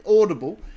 audible